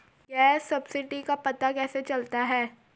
Gas subsidy का पता कैसे चलता है?